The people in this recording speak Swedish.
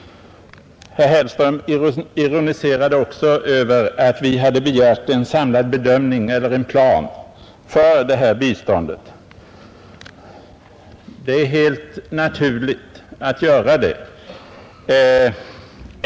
Herr Hellström ironiserade också över att vi hade begärt en samlad bedömning eller en plan för biståndet. Det är helt naturligt att göra det.